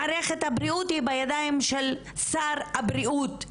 מערכת הבריאות היא בידיים של שר הבריאות,